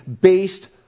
based